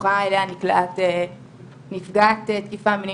הסבוכה אליה נקלעת נפגעת תקיפה מינית,